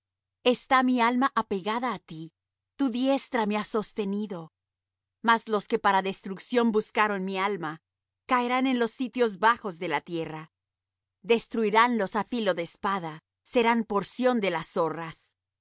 está mi alma apegada á ti tu diestra me ha sostenido mas los que para destrucción buscaron mi alma caerán en los sitios bajos de la tierra destruiránlos á filo de espada serán porción de las zorras